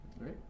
Right